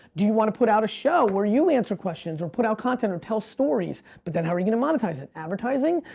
do you wanna put out a show where you answer questions, or put out content, or tell stories, but then how are you gonna monetize it? advertising?